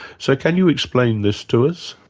so can you explain this to us?